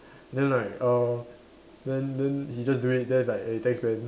then like err then then he just do it then it's like eh thanks man